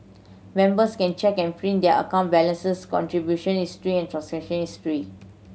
members can check and print their account balances contribution history and transaction history